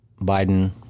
biden